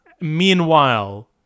meanwhile